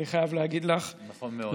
אני חייב להגיד לך, נכון מאוד.